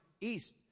east